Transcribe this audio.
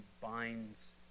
binds